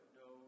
no